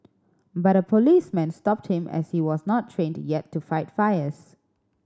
but a policeman stopped him as he was not trained yet to fight fires